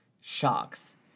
shocks